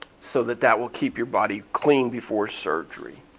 so that that will keep your body clean before surgery.